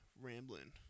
rambling